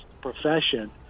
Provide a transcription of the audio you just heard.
profession